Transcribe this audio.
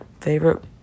favorite